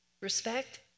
Respect